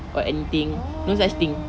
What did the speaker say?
or anything no such thing